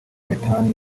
methane